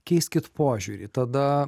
keiskit požiūrį tada